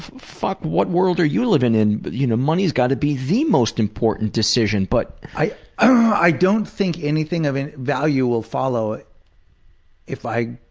fuck, what world are you living in? but you know, money has got to be the most important decision but, greg i don't think anything of any value will follow if i